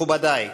מכובדי,